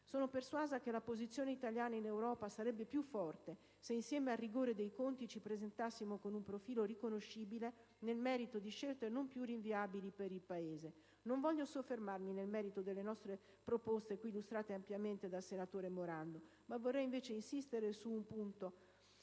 Sono persuasa che la posizione italiana in Europa sarebbe più forte se, insieme al rigore dei conti, ci presentassimo con un profilo riconoscibile nel merito di scelte non più rinviabili per il Paese. Non voglio soffermarmi nel merito delle nostre proposte, qui illustrate ampiamente dal senatore Morando; vorrei, invece, insistere su un punto.